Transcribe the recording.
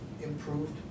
improved